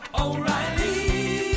O'Reilly